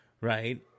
Right